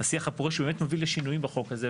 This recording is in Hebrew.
השיח הפורה שבאמת מביא לשינויים בחוק הזה.